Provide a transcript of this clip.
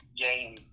game